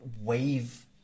wave